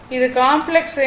இது காம்ப்ளக்ஸ் எண்